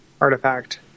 artifact